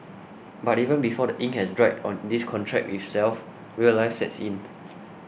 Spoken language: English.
but even before the ink has dried on this contract with self real life sets in